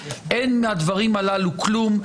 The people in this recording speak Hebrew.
אין מהדברים הללו כלום.